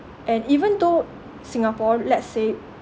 and even though singapore let's say